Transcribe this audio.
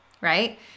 right